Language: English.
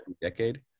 decade